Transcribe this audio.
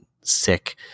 sick